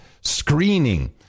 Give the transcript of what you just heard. screening